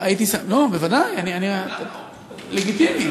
לא, בוודאי, לגיטימי.